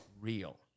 real